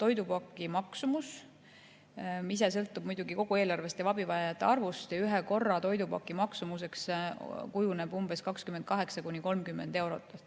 Toidupaki maksumus ise sõltub muidugi kogu eelarvest ja abivajajate arvust ja ühe korra toidupaki maksumuseks kujuneb umbes 28–30 eurot,